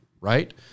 right